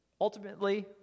Ultimately